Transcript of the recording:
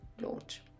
launch